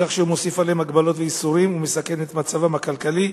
בכך שהוא מוסיף עליהם הגבלות ואיסורים ומסכן את מצבם הכלכלי,